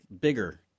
bigger